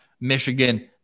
Michigan